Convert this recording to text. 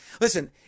listen